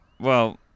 Well-